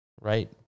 right